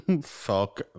Fuck